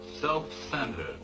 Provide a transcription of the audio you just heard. self-centered